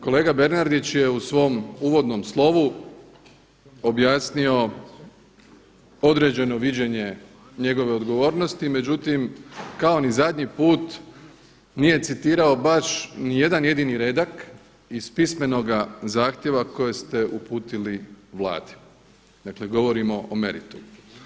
Kolega Bernardić je u svom uvodnom slovu objasnio određeno viđenje njegove odgovornosti, međutim kao ni zadnji put nije citirao baš nijedan jedini redak iz pismenoga zahtjeva koje ste uputili Vladi, dakle govorimo o meritumu.